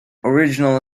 original